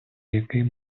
яким